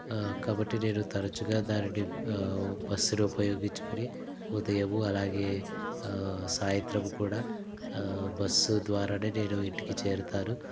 కాబట్టి నేను తరచుగా దానిని బస్సును ఉపయోగించుకొని ఉదయము అలాగే సాయంత్రముకూడా బస్సు ద్వారానే నేను ఇంటికి చేరతాను